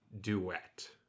duet